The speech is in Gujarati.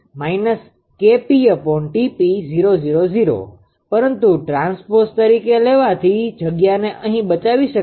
તેવી જ રીતે પરંતુ ટ્રાન્સપોઝ તરીકે લેવાથી જગ્યાને અહીં બચાવી શકાય છે